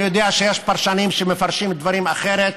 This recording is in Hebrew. אני יודע שיש פרשנים שמפרשים דברים אחרת,